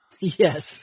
Yes